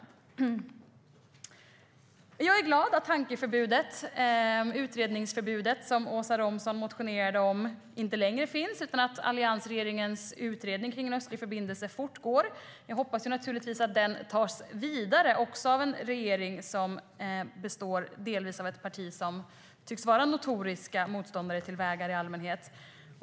Jag är glad att tanke och utredningsförbudet som Åsa Romson motionerade om inte längre finns utan att alliansregeringens utredning kring en östlig förbindelse fortgår. Jag hoppas naturligtvis att den tas vidare också av en regering som delvis består av ett parti som tycks vara notoriska motståndare till vägar i allmänhet.